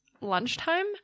lunchtime